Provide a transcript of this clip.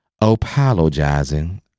apologizing